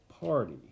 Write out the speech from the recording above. party